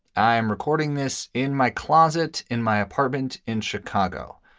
i am recording this in my closet in my apartment in chicago,